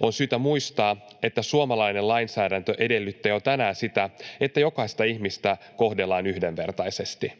On syytä muistaa, että suomalainen lainsäädäntö edellyttää jo tänään sitä, että jokaista ihmistä kohdellaan yhdenvertaisesti.